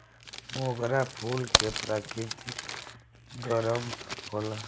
मोगरा फूल के प्रकृति गरम होला